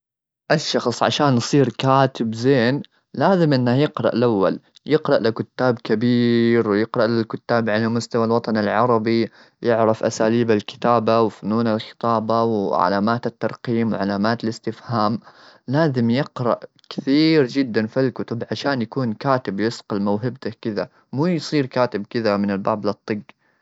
الشخص عشان يصير كاتب زين، لازم إنه يقرأ الأول. يقرأ لكتاب كبير، ويقرأ للكتاب على مستوى الوطن العربي. يعرف أساليب الكتابة، وفنون الخطابة، وعلامات الترقيم، وعلامات الاستفهام. لازم يقرأ كثير جدا في هذي الكتب عشان يكون كاتب يصقل موهبته كذا، مو يصير كاتب كذا من الباب لا تطق.